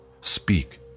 Speak